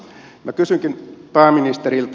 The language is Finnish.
minä kysynkin pääministeriltä